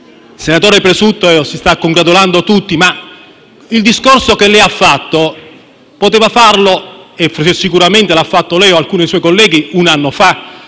senatore Presutto, si stanno congratulando tutti, ma il discorso che ha fatto poteva farlo - e sicuramente lo avete fatto lei o alcuni suoi colleghi - uno,